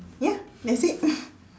ya that's it